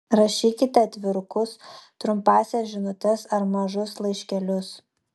rašykite atvirukus trumpąsias žinutes ar mažus laiškelius